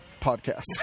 podcast